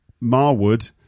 Marwood